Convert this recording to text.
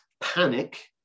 panic